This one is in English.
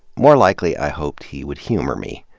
more likely, i hoped he would humor me,